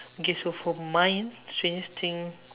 okay so for mine strangest thing